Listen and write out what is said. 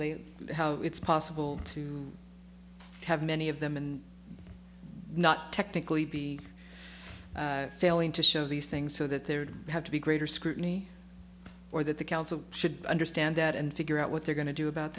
they how it's possible to have many of them and not technically be failing to show these things so that there would have to be greater scrutiny or that the council should understand that and figure out what they're going to do about